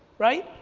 right?